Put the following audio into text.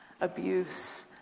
abuse